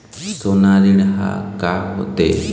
सोना ऋण हा का होते?